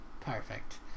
Perfect